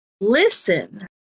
listen